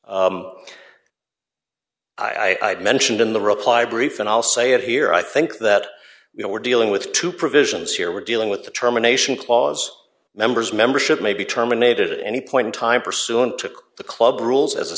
change i mentioned in the reply brief and i'll say it here i think that you know we're dealing with two provisions here we're dealing with the terminations clause members membership may be terminated at any point in time pursuant to the club rules as a